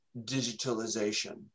digitalization